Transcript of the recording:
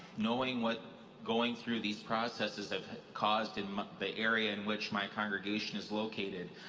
knowing what going through these processes have caused in the area in which my congregation is located,